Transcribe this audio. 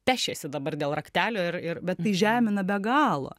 pešiesi dabar dėl raktelio ir ir bet tai žemina be galo